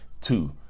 Two